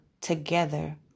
together